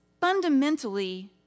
fundamentally